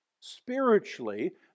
spiritually